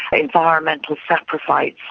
environmental saprophytes,